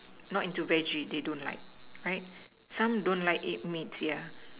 not into veggie they don't like right some don't like eat meat ya